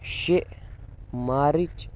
شےٚ مارٕچ